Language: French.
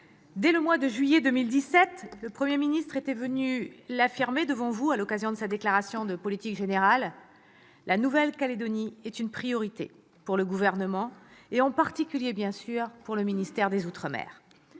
dès le mois de juillet 2017, le Premier ministre était venu l'affirmer devant vous à l'occasion de sa déclaration de politique générale : la Nouvelle-Calédonie est une priorité pour le Gouvernement, et en particulier, bien sûr, pour le ministère des outre-mer.